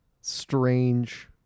strange